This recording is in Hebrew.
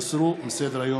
הוסרו מסדר-היום.